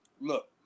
Look